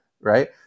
right